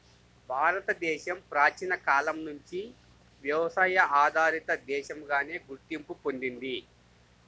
భారతదేశం ప్రాచీన కాలం నుంచి వ్యవసాయ ఆధారిత దేశంగానే గుర్తింపు పొందింది